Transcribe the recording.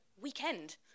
weekend